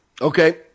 Okay